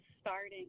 starting